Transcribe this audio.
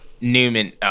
Newman